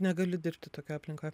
negaliu dirbti tokioj aplinkoj